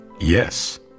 yes